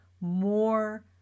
more